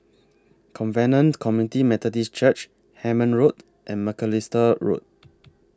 Covenant Community Methodist Church Hemmant Road and Macalister Road